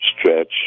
stretch